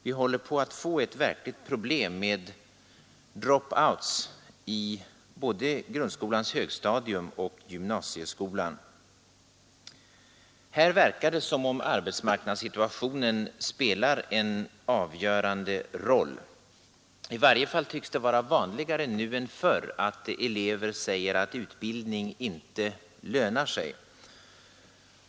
Vi håller på att få ett verkligt problem med drop-outs, studieavbrytare, i både grundskolans högstadium och gymnasieskolan. Här verkar det som om arbetsmarknadssituationen spelar en avgörande roll. I varje fall tycks det vara vanligare nu än förr att elever säger att utbildning inte lönar sig.